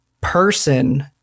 person